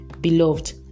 Beloved